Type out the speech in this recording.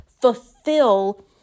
fulfill